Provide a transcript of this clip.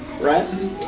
Right